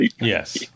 Yes